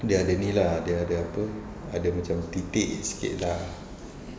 dia ada ni lah dia ada apa ada macam titik sikit lah